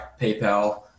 PayPal